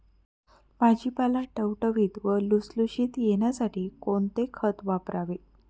भाजीपाला टवटवीत व लुसलुशीत येण्यासाठी कोणते खत वापरावे?